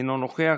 אינו נוכח,